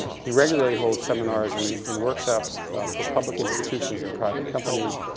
he regularly holds seminars and and workshops for public institutions and private companies.